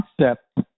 concept